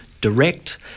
direct